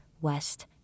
west